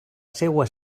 seua